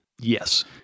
Yes